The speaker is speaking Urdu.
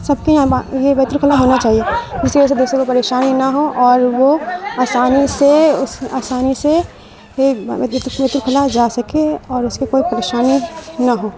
سب کے یہاں یہ بیت الخلا ہونا چاہیے جس کی وجہ سے دوسروں کو پریشانی نہ ہو اور وہ آسانی سے آسانی سے یہ بیت الخلا جا سکے اور اس کے کوئی پریشانی نہ ہو